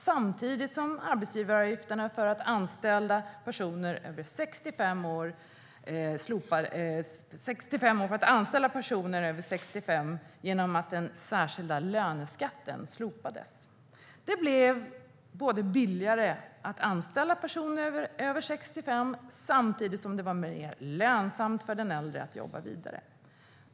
Samtidigt blev arbetsgivaravgifterna för att anställa personer över 65 år lägre genom att den särskilda löneskatten slopades. Det blev alltså både billigare att anställa personer över 65 år och mer lönsamt för den äldre att jobba vidare.